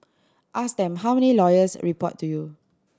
ask them how many lawyers report to you